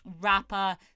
rapper